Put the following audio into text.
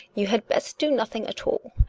you had best do nothing at all.